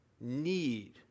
need